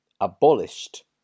abolished